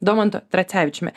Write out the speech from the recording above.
domantu tracevičiumi